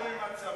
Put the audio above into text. בתיאום עם הצבא,